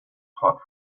hot